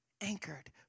anchored